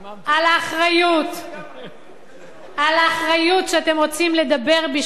על האחריות שאתם רוצים לדבר בשמה,